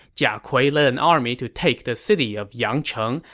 jia kui led an army to take the city of yangcheng,